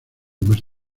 más